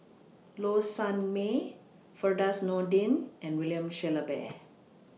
Low Sanmay Firdaus Nordin and William Shellabear